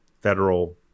federal